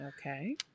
Okay